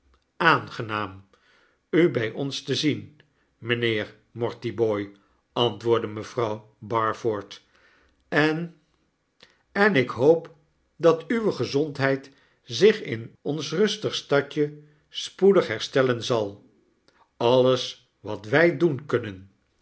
aangenaam u b ons te zien mynheer mortibooi antwoordde mevrouw barford w en en ik hoop dat uwe gezondheid zich in ons rustig stadje spoedig herstellen zal alles wat wij doen kunnen